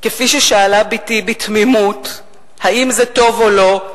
כפי ששאלה בתי בתמימות, האם זה טוב או לא?